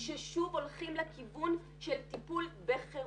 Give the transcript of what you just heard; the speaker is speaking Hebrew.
ששוב הולכים לכיוון של טיפול בחירום.